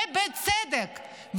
ובצדק.